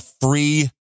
free